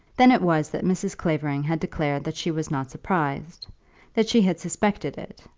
then it was that mrs. clavering had declared that she was not surprised that she had suspected it,